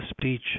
speech